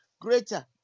greater